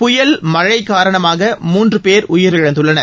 புயல் மழை காரணமாக மூன்று பேர் உயிரிழந்துள்ளனர்